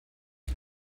die